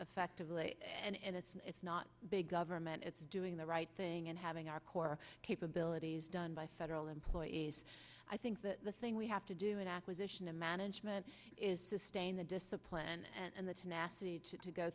effectively and it's it's not big government it's doing the right thing and having our core capabilities done by federal employees i think that the thing we have to do an acquisition a management is sustain the discipline and the t